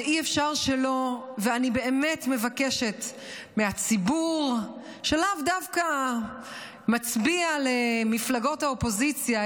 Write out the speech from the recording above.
ואני באמת מבקשת מהציבור שלאו דווקא מצביע למפלגות האופוזיציה,